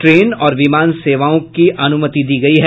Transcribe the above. train और विमान सेवाओं की अनुमति दी गई है